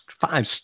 five